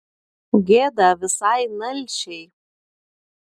gėda visai nalšiai